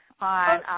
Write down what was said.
on